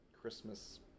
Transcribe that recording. Christmas